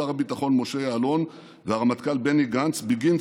שר הביטחון משה יעלון והרמטכ"ל גנץ בגין,